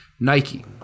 Nike